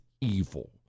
evil